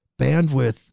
bandwidth